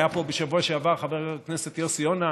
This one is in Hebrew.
היה פה בשבוע שעבר חבר הכנסת יוסי יונה,